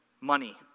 money